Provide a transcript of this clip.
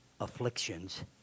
afflictions